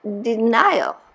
denial